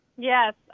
Yes